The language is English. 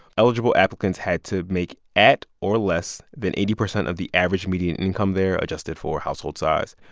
eligible applicants had to make at or less than eighty percent of the average median income there, adjusted for household size.